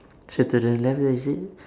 so to the left then she say